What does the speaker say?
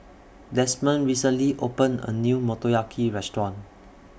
Desmond recently opened A New Motoyaki Restaurant